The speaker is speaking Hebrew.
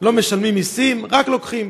לא משלמים מסים, רק לוקחים.